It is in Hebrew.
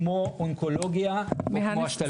כמו אונקולוגיה או כמו השתלות.